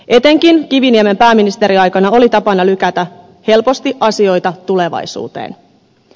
etenkin kiviniemen pääministeriaikana oli tapana lykätä helposti asioita tulevaisuuteen